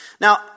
Now